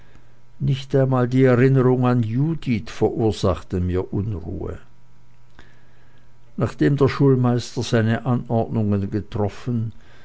nicht einmal die erinnerung an judith verursachte mir unruhe nachdem der schulmeister seine anordnungen getroffen